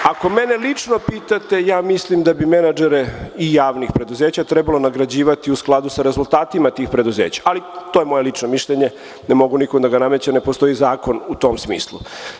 Ako mene lično pitate, ja mislim da bi menadžere i javnih preduzeća trebalo nagrađivati u skladu sa rezultatima tih preduzeća, ali to je moje lično mišljenje, ne mogu nikom da ga namećem, ne postoji zakon u tom smislu.